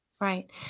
right